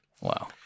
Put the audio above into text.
Wow